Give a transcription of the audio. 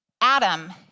Adam